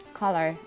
color